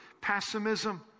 pessimism